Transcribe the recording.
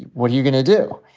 what are you gonna do?